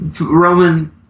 Roman